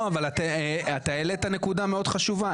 אבל העלית נקודה חשובה,